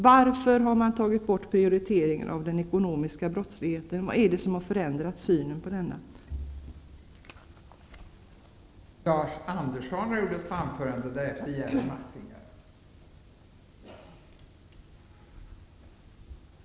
Varför har man tagit bort prioriteringen av den ekonomiska brottsligheten? Vad är det som har förändrat synen på den typen av brottslighet?